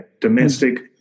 domestic